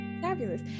fabulous